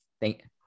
thank